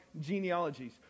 genealogies